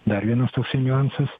dar vienas toksai niuansas